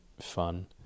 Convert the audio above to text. fun